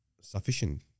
sufficient